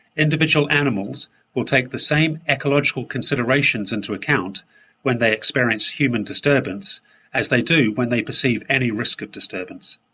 individual animals will take the same ecological considerations into account when they experience human disturbance as they do when they perceive any risk of disturbance.